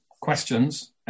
questions